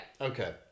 Okay